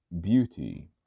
beauty